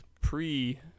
pre